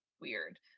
weird